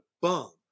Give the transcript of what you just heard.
bum